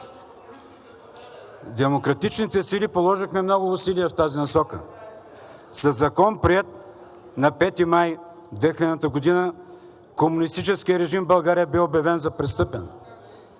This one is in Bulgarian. Демократичните сили положихме много усилия в тази насока. Със Закон, приет на 5 май 2000 г., комунистическият режим в България бе обявен за престъпен.